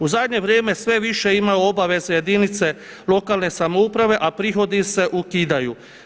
U zadnje vrijeme sve više ima obaveze jedinice lokalne samouprave a prihodi se ukidaju.